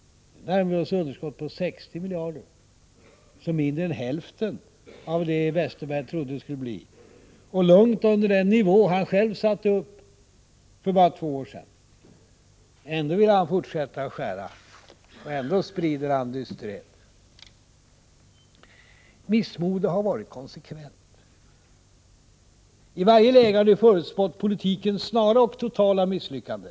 Nu närmar vi oss ett underskott på 60 miljarder, alltså mindre än hälften av vad Westerberg förutspådde och långt under den nivå han själv satte upp för bara två år sedan. Ändå vill han fortsätta skära. Ändå sprider han dysterhet. Missmodet har varit konsekvent. I varje läge har ni förutspått politikens snara och totala misslyckande.